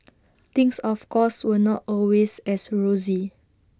things of course were not always as rosy